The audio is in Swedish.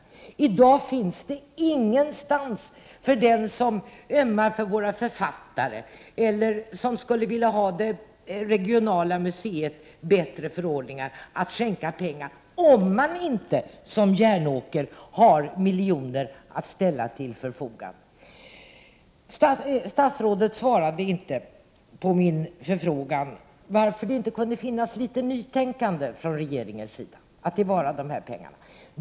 I dag finns det ingen möjlighet för de männniskor som ömmar för våra författare eller för det regionala museet att skänka pengar till dessa ändamål om de inte, som Järnåker, har miljoner att ställa till förfogande. Statsrådet svarade inte på min förfrågan varför det inte kan finnas litet nytänkande från regeringens sida när det gäller att ta till vara dessa pengar.